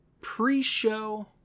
pre-show